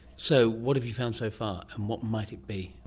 so what have you found so far and what might it be?